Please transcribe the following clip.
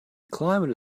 climate